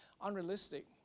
unrealistic